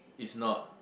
if not